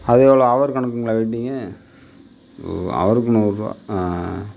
அது எவ்வளோ ஹவர் கணக்குங்களா வெயிட்டிங் ஓ ஹவருக்கு நூறு ரூபா